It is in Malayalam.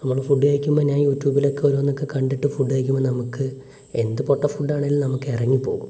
നമ്മൾ ഫുഡ് കഴിക്കുമ്പോൾ ഞാൻ യൂട്യൂബിലൊക്കെ ഓരോന്നൊക്കെ കണ്ടിട്ട് ഫുഡ് കഴിക്കുമ്പോൾ നമുക്ക് എന്ത് പൊട്ട ഫുഡ് ആണെങ്കിലും നമുക്ക് ഇറങ്ങിപോവും